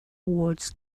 wars